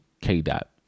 K-Dot